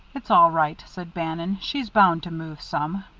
it's all right, said bannon. she's bound to move some.